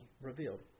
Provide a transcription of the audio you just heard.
revealed